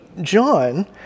John